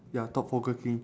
ya thought provoking